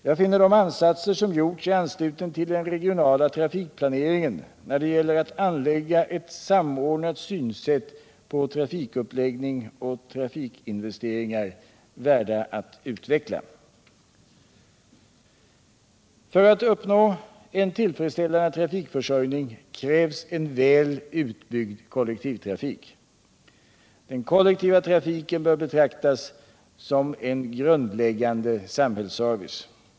Jag finner de ansatser som gjorts i anslutning till den regionala trafikplaneringen när det gäller att anlägga ett samordnat synsätt på trafikuppläggning och trafikinvesteringar värda att utveckla. För att uppnå en tillfredsställande trafikförsörjning krävs en väl utbyggd kollektivtrafik. Den kollektiva trafiken bör betraktas som en grundläggande samhällsservice.